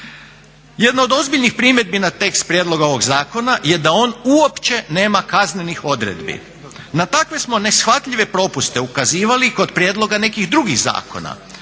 Jedna od ozbiljnih primjedbi na tekst prijedloga ovog zakona je da on uopće nema kaznenih odredbi. Na takve smo neshvatljive propuste ukazivali kod prijedloga nekih drugih zakona.